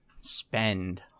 spend